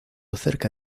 cerca